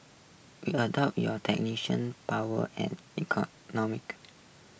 we adopt your technical power and ecnomic